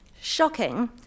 shocking